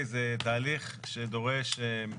זה תהליך שדורש גם